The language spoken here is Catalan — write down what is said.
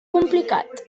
complicat